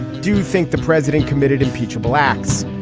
do you think the president committed impeachable blacks.